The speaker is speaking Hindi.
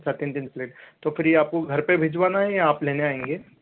अच्छा तीन तीन प्लेट तो फिर ये आपको घर पर भिजवाना है या आप लेने आएंगे